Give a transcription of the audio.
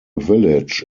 village